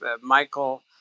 Michael